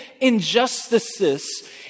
injustices